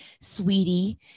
sweetie